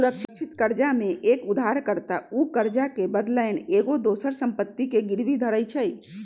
सुरक्षित करजा में एक उद्धार कर्ता उ करजा के बदलैन एगो दोसर संपत्ति के गिरवी धरइ छइ